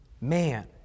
man